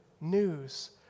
news